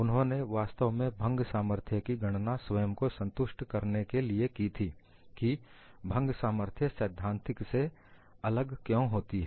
उन्होंने वास्तव में भंग सामर्थ्य की गणना स्वयं को संतुष्ट करने के लिए की थी की भंग सामर्थ्य सैद्धांतिक सामर्थ्य से अलग क्यों होती है